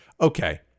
okay